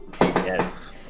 Yes